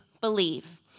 believe